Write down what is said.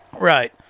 right